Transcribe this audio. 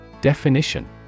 Definition